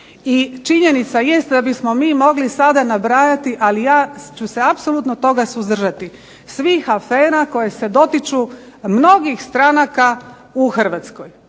I činjenica jest da bismo mi mogli sada nabrajati, ali ja ću se apsolutno od toga suzdržati svih afera koje se dotiču mnogih stranaka u Hrvatskoj,